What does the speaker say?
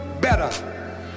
better